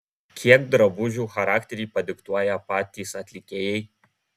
kiek drabužių charakterį padiktuoja patys atlikėjai